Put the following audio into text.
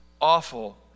awful